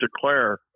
declare